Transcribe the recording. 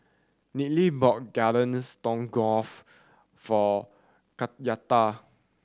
Nealy bought Garden Stroganoff for Kenyatta